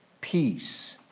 peace